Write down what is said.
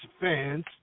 fans